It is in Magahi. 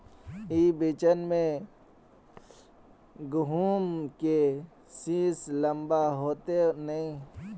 ई बिचन में गहुम के सीस लम्बा होते नय?